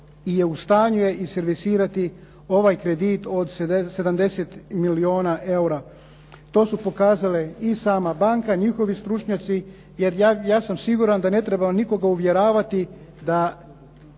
i u stanju je i servisirati ovaj kredit od 70 milijuna eura. To su pokazale i sama banka, njihovi stručnjaci jer ja sam siguran da ne treba nikoga uvjeravati da